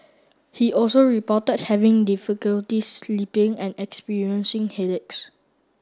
he also reported having difficulty sleeping and experiencing headaches